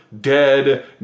dead